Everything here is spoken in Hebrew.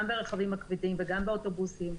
גם הרכבים הכבדים וגם באוטובוסים,